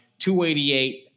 288